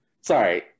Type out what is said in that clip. Sorry